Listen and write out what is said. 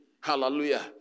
Hallelujah